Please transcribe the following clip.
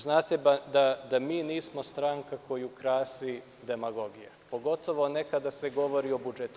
Znate da mi nismo stranka koju krasi demagogija, pogotovo ne kada se govori o budžetu.